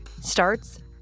starts